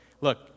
Look